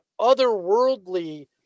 otherworldly